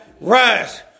rise